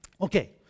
Okay